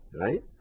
right